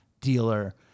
dealer